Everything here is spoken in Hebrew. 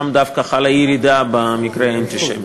שם דווקא חלה ירידה במקרי האנטישמיות.